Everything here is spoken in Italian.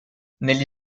negli